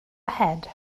ahead